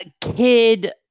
kid